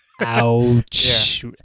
Ouch